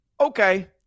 Okay